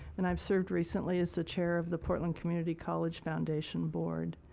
and i have served recently as the chair of the portland community college foundation board.